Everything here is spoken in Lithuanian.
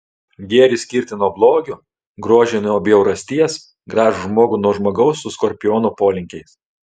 gėrį skirti nuo blogio grožį nuo bjaurasties gražų žmogų nuo žmogaus su skorpiono polinkiais